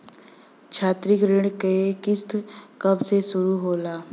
शैक्षिक ऋण क किस्त कब से शुरू होला?